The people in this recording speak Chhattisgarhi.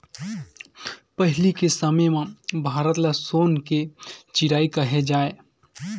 पहिली के समे म भारत ल सोन के चिरई केहे जाए